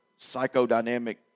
psychodynamic